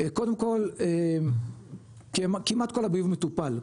קודם כל כמעט כל הביוב מטופל,